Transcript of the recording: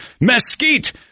Mesquite